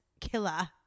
killer